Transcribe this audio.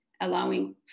allowing